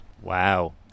Wow